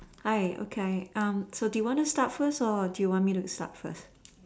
hi okay um so do you want to start first or do you want me to start first